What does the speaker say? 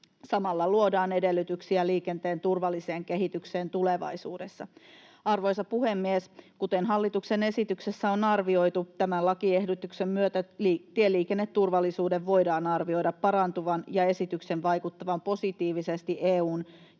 Samalla luodaan edellytyksiä liikenteen turvalliseen kehitykseen tulevaisuudessa. Arvoisa puhemies! Kuten hallituksen esityksessä on arvioitu, tämän lakiehdotuksen myötä tieliikenneturvallisuuden voidaan arvioida parantuvan ja esityksen vaikuttavan positiivisesti EU:n ja kansallisten